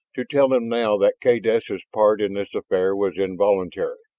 to tell him now that kaydessa's part in this affair was involuntary.